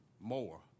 more